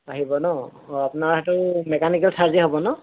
আহিব ন অঁ আপোনাৰ সেইটো মেকানিকেল চাৰ্জেই হ'ব ন